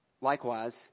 likewise